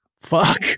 fuck